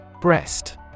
Breast